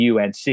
UNC